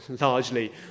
largely